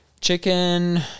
Chicken